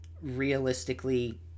realistically